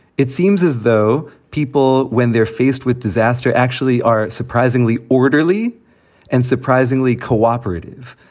it seems as though people, when they're faced with disaster, actually are surprisingly orderly and surprisingly cooperative,